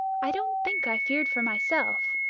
i don't think i feared for myself.